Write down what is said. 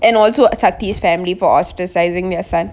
and also satif family for ostracizing their son